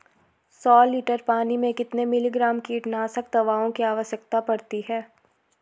सौ लीटर पानी में कितने मिलीग्राम कीटनाशक दवाओं की आवश्यकता पड़ती है?